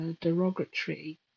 derogatory